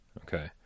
Okay